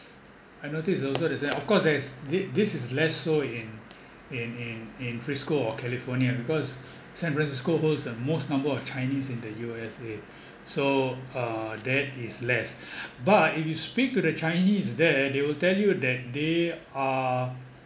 I notice also the same of course there is thi~ this is less so in in in in frisco or california because san francisco holds the most number of chinese in the U_S_A so uh that is less but if you speak to the chinese there they will tell you that they are